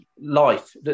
life